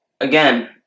Again